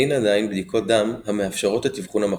אין עדיין בדיקות דם המאפשרות את אבחון המחלה.